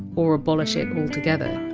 or abolish it altogether.